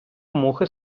мухи